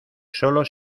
sólo